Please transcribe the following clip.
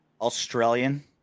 Australian